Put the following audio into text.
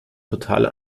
total